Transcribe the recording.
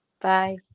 Bye